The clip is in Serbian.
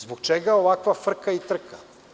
Zbog čega ovakva frka i trka?